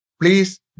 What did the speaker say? Please